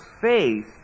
faith